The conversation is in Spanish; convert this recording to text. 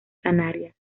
canarias